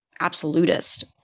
absolutist